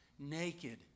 naked